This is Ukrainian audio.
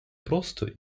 просто